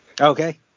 okay